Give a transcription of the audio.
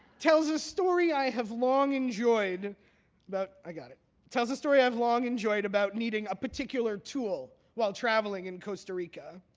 tells a story i have long enjoyed i got it it tells a story i've long enjoyed about needing a particular tool while traveling in costa rica.